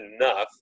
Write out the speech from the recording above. enough